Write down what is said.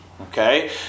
okay